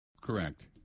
Correct